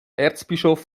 erzbischof